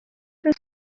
and